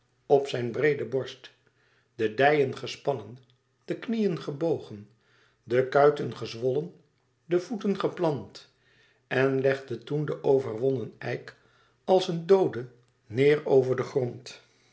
op zijn breede borst de dijen gespannen de knieën gebogen de kuiten gezwollen de voeten geplant en legde toen de overwonnen eik als een doode neêr over den grond